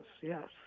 yes